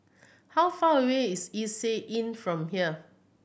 how far away is Istay Inn from here